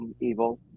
evil